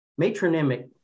matronymic